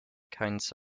kinds